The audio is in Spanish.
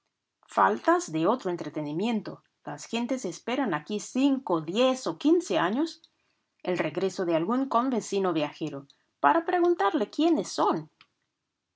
faltas de otro entretenimiento las gentes esperan aquí cinco diez o quince años el regreso de algún convecino viajero para preguntarle quiénes son